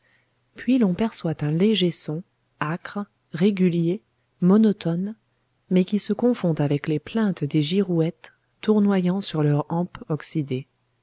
puis l'on perçoit un léger son acre régulier monotone mais qui se confond avec les plaintes des girouettes tournoyant sur leurs